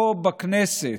פה בכנסת,